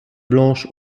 blanche